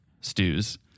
stews